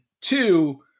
two